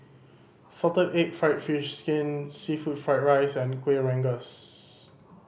salted egg fried fish skin seafood fried rice and Kuih Rengas